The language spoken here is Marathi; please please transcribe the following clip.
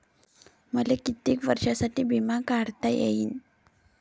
मले कितीक वर्षासाठी बिमा काढता येईन?